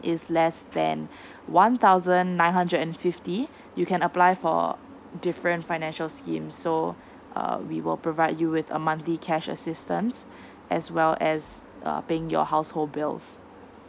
is less than one thousand nine hundred and fifty you can apply for different financial scheme so uh we will provide you with a monthly cash assistance as well as uh paying your household bills